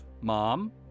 Mom